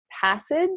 passage